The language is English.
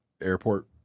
airport